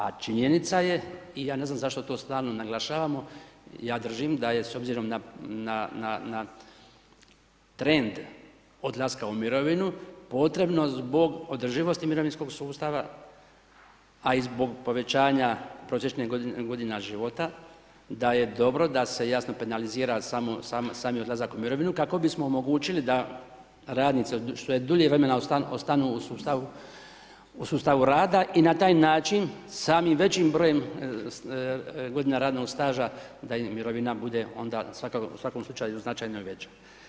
A činjenica je i ja ne znam zašto to stalno naglašavamo, ja dražim da je s obzirom na trend odlaska u mirovinu potrebno zbog održivosti mirovinskog sustava i zbog povećanja prosječne godine života, da je dobro da se jasno penalizira sami odlazak u mirovinu, kako bismo omogućili da radnici što dulje vremena ostaju u sustavu rada i na taj način samim, većim brojem godina radnog staža da im mirovina onda bude u svakom slučaju značajno veća.